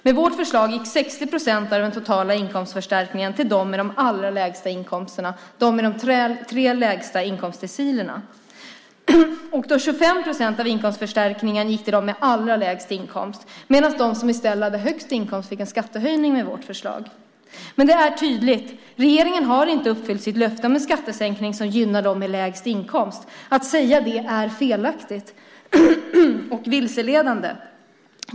Med vårt förslag gick 60 procent av den totala inkomstförstärkningen till dem med de allra lägsta inkomsterna, de i de tre lägsta inkomstdecilerna. 25 procent av inkomstförstärkningen gick till dem med allra lägst inkomst, medan de som hade högst inkomst i stället fick en skattehöjning med vårt förslag. Men det är tydligt att regeringen inte har uppfyllt sitt löfte om en skattesänkning som gynnar dem med lägst inkomst. Att säga det är felaktigt och vilseledande.